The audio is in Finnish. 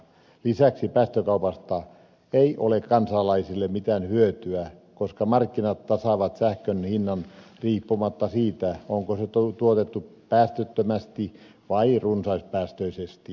lisäksi päästökaupasta ei ole kansalaisille mitään hyötyä koska markkinat tasaavat sähkön hinnan riippumatta siitä onko se tuotettu päästöttömästi vai runsaspäästöisesti